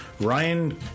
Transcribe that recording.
Ryan